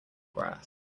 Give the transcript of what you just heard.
grass